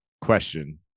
question